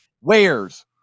wares